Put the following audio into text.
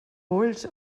ulls